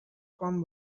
quan